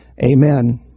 Amen